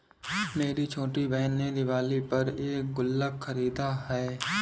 मेरी छोटी बहन ने दिवाली पर एक गुल्लक खरीदा है